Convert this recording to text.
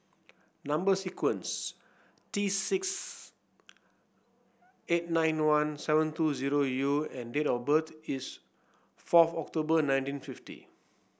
number sequence T six eight nine one seven two zero U and date of birth is fourth October nineteen fifty